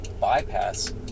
bypass